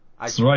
right